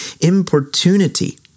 importunity